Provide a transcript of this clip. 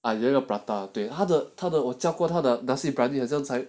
ah 有一个 prata 对他的他的我叫过他的 nasi biryani 好像才